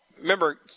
remember